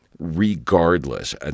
regardless